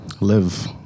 Live